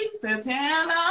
Santana